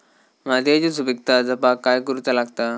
मातीयेची सुपीकता जपाक काय करूचा लागता?